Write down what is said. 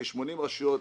כ-80 רשויות.